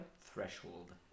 Threshold